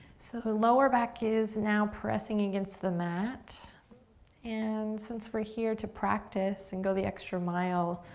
so the lower back is now pressing against the mat and since we're here to practice and go the extra mile,